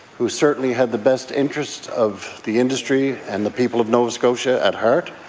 who certainly had the best interests of the industry and the people of nova scotia at heart.